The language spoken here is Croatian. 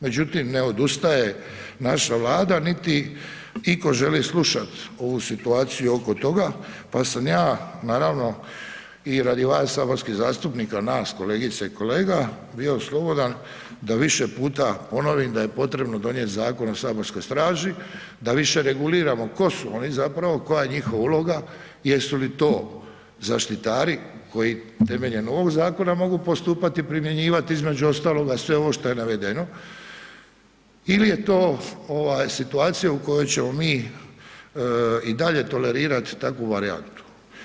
Međutim, ne odustaje naša Vlada niti itko želi slušati ovu situaciju oko toga pa sam ja, naravno i radi vas saborskih zastupnika, nas, kolegica i kolega, bio slobodan da više puta ponovim da je potrebno donijeti zakon o Saborskoj straži, da više reguliramo tko su oni zapravo, koja je njihova uloga, jesu li to zaštitari koji temeljem ovog zakona mogu postupati i primjenjivati, između ostaloga sve ovo što je navedeno ili je to situacija u kojoj ćemo mi i dalje tolerirati takvu varijantu.